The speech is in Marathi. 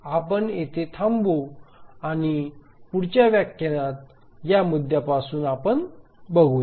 आपण येथे थांबू आणि पुढच्या व्याख्यानात या मुद्द्यापासून बघूया